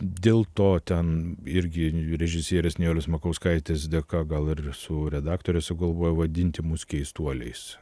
dėl to ten irgi režisierės nijolės makauskaitės dėka gal ir visų redaktorių sugalvojo vadinti mus keistuoliais